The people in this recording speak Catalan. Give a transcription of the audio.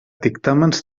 dictàmens